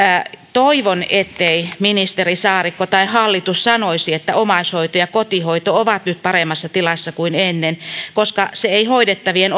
toivon ettei ministeri saarikko tai hallitus sanoisi että omaishoito ja kotihoito ovat nyt paremmassa tilassa kuin ennen koska se ei hoidettavien